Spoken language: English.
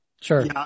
Sure